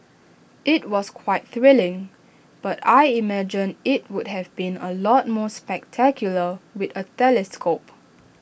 IT was quite thrilling but I imagine IT would have been A lot more spectacular with A telescope